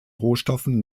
rohstoffen